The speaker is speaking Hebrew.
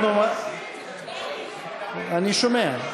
אני שומע.